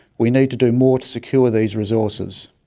we need to do more to secure these resources.